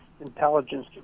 intelligence